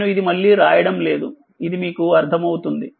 నేనుఇది మళ్ళీ రాయడం లేదు ఇది మీకు అర్ధమవుతుంది